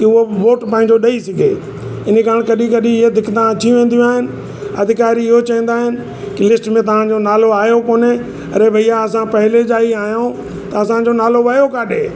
कि उहो वोट पांजो ॾई सघे इन कारण कॾी कॾी इए दिक्कतां अची वेंदियूं आइन अधिकारी इयो चेंदा आहिनि की लिस्ट में तव्हांजो नालो आहियो कोन्हे अरे भैया असां पेहले जा ई आहियूं त असांजो नालो वियो काॾे